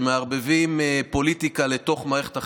שמערבבים פוליטיקה לתוך מערכת החינוך.